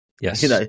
Yes